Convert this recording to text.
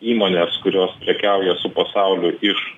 įmonės kurios prekiauja su pasauliu iš